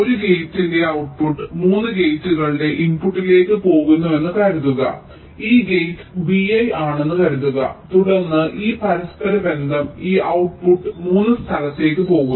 ഒരു ഗേറ്റിന്റെ ഔട്ട്പുട്ട് 3 ഗേറ്റുകളുടെ ഇൻപുട്ടിലേക്ക് പോകുന്നുവെന്ന് കരുതുക ഈ ഗേറ്റ് vi ആണെന്ന് കരുതുക തുടർന്ന് ഈ പരസ്പരബന്ധം ഈ ഔട്ട്പുട്ട് 3 സ്ഥലത്തേക്ക് പോകുന്നു